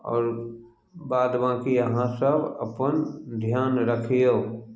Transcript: आओर बाद बाँकी अहाँ सभ अपन ध्यान रखियौ